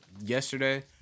yesterday